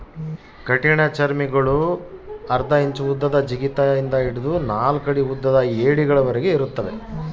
ಕಠಿಣಚರ್ಮಿಗುಳು ಅರ್ಧ ಇಂಚು ಉದ್ದದ ಜಿಗಿತ ಇಂದ ಹಿಡಿದು ನಾಲ್ಕು ಅಡಿ ಉದ್ದದ ಏಡಿಗಳವರೆಗೆ ಇರುತ್ತವೆ